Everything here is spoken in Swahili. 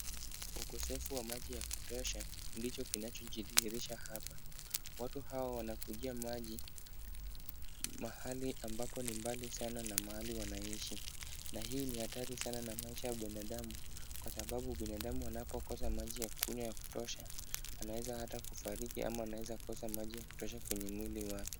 Ukosefu wa maji ya kutosha ndicho kinachojidhihirisha hapa. Watu hawa wanakujia maji, mahali ambapo ni mbali sana na mahali wanaishi, na hii ni hatari sana na maisha ya binadamu, kwa sababu binadamu anapokosa maji ya kunywa ya kutosha, anaweza hata kufariki ama anaweza kosa maji ya kutosha kwenye mwili wake.